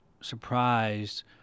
surprised